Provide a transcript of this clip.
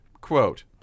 quote